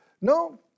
No